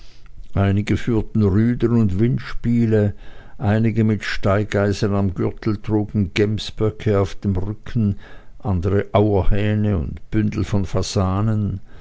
einige führten rüden und windspiele einige mit steigeisen am gürtel trugen gemsböcke auf dem rücken andere auerhähne und bündel von fasanen